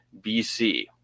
BC